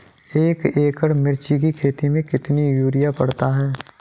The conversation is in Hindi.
एक एकड़ मिर्च की खेती में कितना यूरिया पड़ता है?